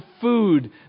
food